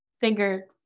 finger